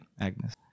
Agnes